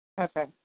Okay